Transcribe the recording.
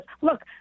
look